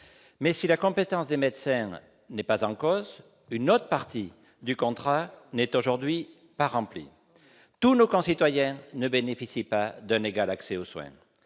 Mais si la compétence des médecins n'est pas en cause, une autre partie du contrat n'est pas remplie aujourd'hui : tous nos concitoyens ne bénéficient pas d'un égal accès aux soins.